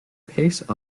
pace